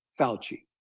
Fauci